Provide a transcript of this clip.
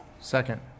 Second